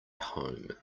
home